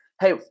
hey